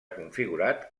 configurat